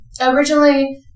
originally